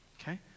okay